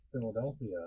Philadelphia